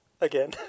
again